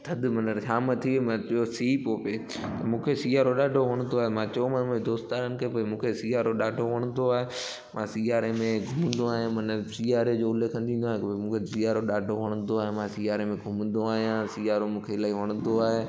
थधि माना शाम थी वेई मां चयो सीउ पियो पिए त मूंखे सीआरो ॾाढो वणंदो आहे मां चयोमांसि मां दोस्तारनि खे भई मूंखे सीआरो ॾाढो वणंदो आहे मां सीआरे में घुमंदो आहियां माना सीआरे जो उल्लेखनि थींदो आहे त भई मूंखे सीआरो ॾाढो वणंदो आहे मां सीआरे में घुमंदो आहियां सीआरो मूंखे इलाही वणंदो आहे